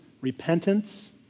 repentance